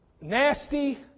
nasty